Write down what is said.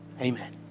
Amen